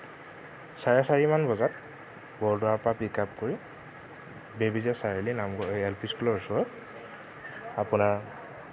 চাৰে চাৰিমান বজাত বৰদোৱাৰ পৰা পিকাপ কৰি বেবেজিয়া চাৰিআলি এল পি স্কুলৰ ওচৰত আপোনাৰ